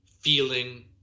feeling